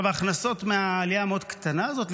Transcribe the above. ההכנסות מהעלייה המאוד-קטנה הזאת,